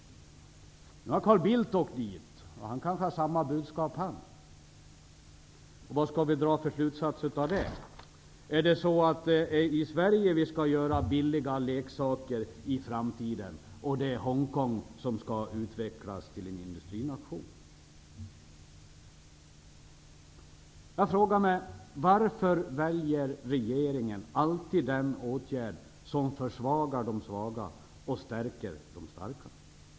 Nu har Carl Bildt åkt dit, och han kanske har samma budskap. Vad skall vi dra för slutsatser av det? Skall vi göra billiga leksaker i Sverige i framtiden och Hong Kong utvecklas till en industrination? Varför väljer regeringen alltid den åtgärd som försvagar de svaga och stärker de starka?